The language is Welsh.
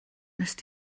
wnest